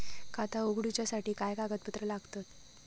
खाता उगडूच्यासाठी काय कागदपत्रा लागतत?